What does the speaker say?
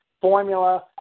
formula